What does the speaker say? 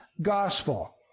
gospel